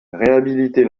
réhabiliter